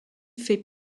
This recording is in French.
fait